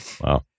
Wow